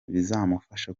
bizamufasha